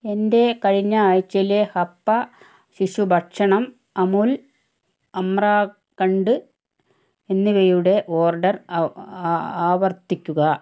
എന്റെ കഴിഞ്ഞ ആഴ്ചയിലെ ഹപ്പ ശിശു ഭക്ഷണം അമുൽ അമ്രാഖണ്ഡ് എന്നിവയുടെ ഓർഡർ ആവർത്തിക്കുക